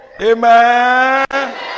Amen